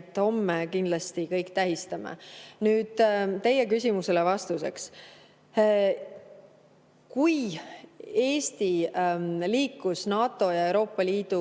et homme kindlasti kõik tähistame. Nüüd, teie küsimusele vastuseks. Kui Eesti liikus NATO ja Euroopa Liidu